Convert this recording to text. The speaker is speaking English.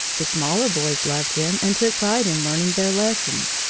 the smaller boys loved him and took pride in learning their lessons,